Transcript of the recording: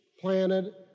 planted